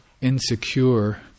insecure